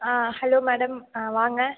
ஆ hello madam ஆ வாங்க